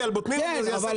זה לא בדיוק, כן ולא.